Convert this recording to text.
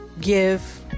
give